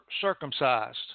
circumcised